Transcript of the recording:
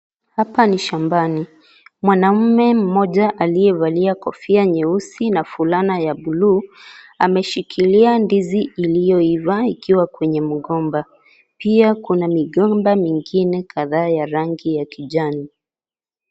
Hapa ni shambani. Mwanaume mmoja aliyevalia kofia nyeusi na fulana ya blue , ameshikilia ndizi iliyoiva ikiwa kwenye mgomba. Pia kuna migomba mingine kadha ya rangi ya kijani.